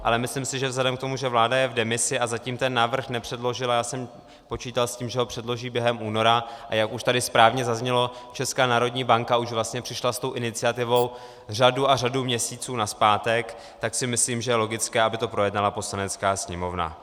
Ale myslím si, že vzhledem k tomu, že vláda je v demisi a zatím ten návrh nepředložila já jsem počítal s tím, že ho předloží během února, a jak už tady správně zaznělo, Česká národní banka už vlastně přišla s tou iniciativou řadu a řadu měsíců nazpátek , tak si myslím, že je logické, aby to projednala Poslanecká sněmovna.